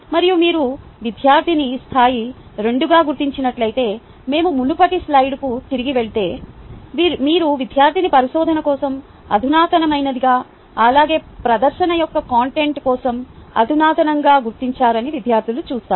మరియు మీరు విద్యార్ధిని స్థాయి రెండుగా గుర్తించినట్లయితే మేము మునుపటి స్లైడ్కు తిరిగి వెళితే మీరు విద్యార్థిని పరిశోధన కోసం అధునాతనమైనదిగా అలాగే ప్రదర్శన యొక్క కంటెంట్ కోసం అధునాతనంగా గుర్తించారని విద్యార్థులు చూస్తారు